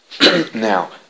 Now